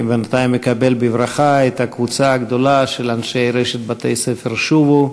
אני בינתיים אקדם בברכה את הקבוצה הגדולה של אנשי רשת בתי-ספר "שובו",